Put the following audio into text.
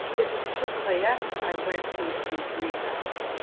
it was aaas i went to, to breathe out.